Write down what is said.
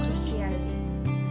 Christianity